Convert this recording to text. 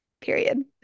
Period